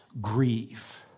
grieve